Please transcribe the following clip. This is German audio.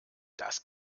das